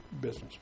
business